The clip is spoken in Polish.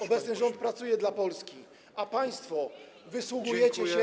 Obecny rząd pracuje dla Polski, a państwo wysługujecie się.